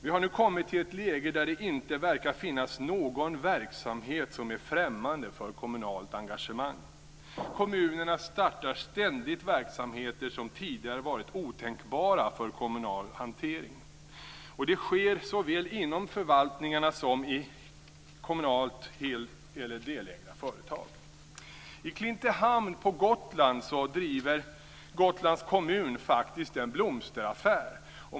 Vi har nu kommit till ett läge där det inte verkar finnas någon verksamhet som är främmande för kommunalt engagemang. Kommunerna startar ständigt verksamheter som tidigare varit otänkbara för kommunal hantering. Det sker såväl inom förvaltningarna som i kommunalt hel eller delägda företag. I Klintehamn på Gotland driver Gotlands kommun faktiskt en blomsteraffär.